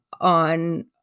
on